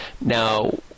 Now